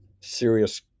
serious